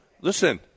listen